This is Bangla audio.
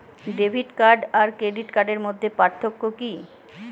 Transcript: ডেবিট কার্ড আর ক্রেডিট কার্ডের মধ্যে পার্থক্য কি?